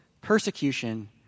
persecution